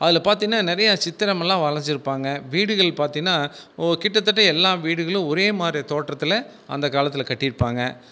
அதில் பார்த்தீனா நிறைய சித்திரமெலாம் வரைஞ்சுருப்பாங்க வீடுகள் பார்த்தீனா ஓ கிட்டத்தட்ட எல்லா வீடுகளும் ஒரே மாதிரி தோற்றத்தில் அந்தக் காலத்தில் கட்டியிருப்பாங்க